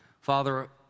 Father